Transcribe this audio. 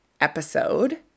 episode